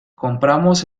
compramos